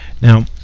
Now